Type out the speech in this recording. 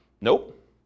Nope